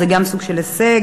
זה גם סוג של הישג.